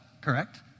correct